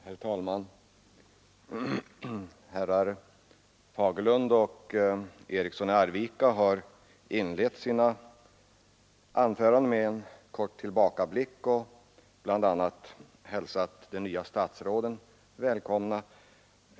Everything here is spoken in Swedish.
Herr talman! Herrar Fagerlund och Eriksson i Arvika har inlett sina anföranden med en kort tillbakablick och bl.a. hälsat de nya statsråden välkomna.